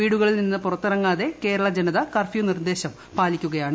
വീടുകളിൽ നിന്ന് പുറത്തിറങ്ങാതെ കേരള ജനത കർഫ്യൂ നിർദേശം പാലിക്കുകയാണ്